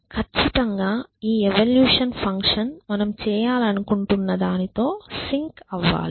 ఖచ్చితంగా ఈ evolution function మనం చేయాలనుకుంటున్న దానితో సింక్ అవ్వాలి